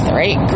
right